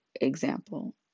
example